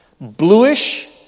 Bluish